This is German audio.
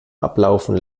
ablaufen